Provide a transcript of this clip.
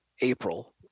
April